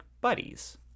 buddies